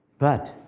but